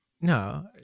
no